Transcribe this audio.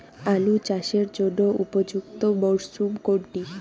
আলু চাষের জন্য উপযুক্ত মরশুম কোনটি?